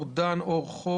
לעבור לדן אור-חוף,